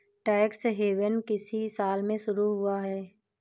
Tax haven किस साल में शुरू हुआ है?